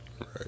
Right